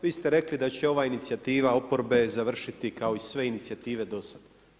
Vi ste rekli da će ova inicijativa oporbe završiti kao i sve inicijative do sada.